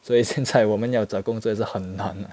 所以现在我们要找工作也是很难 ah